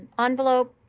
envelope.